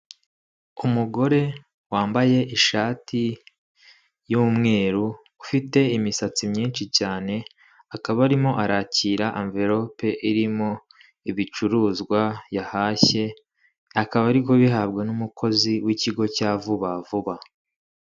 Umugore wambaye ishati y'umweru ufite imisatsi myinshi cyane; akaba arimo arakira amvelope irimo ibicuruzwa yahashye; akaba ari kubihabwa n'umukozi w'ikigo cya vuba vuba.